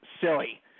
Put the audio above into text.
silly